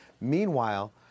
Meanwhile